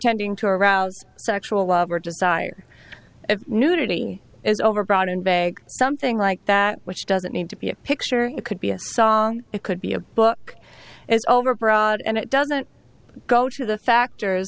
tending to arouse sexual desire nudity is overbroad in bag something like that which doesn't need to be a picture it could be a song it could be a book as overbroad and it doesn't go to the factors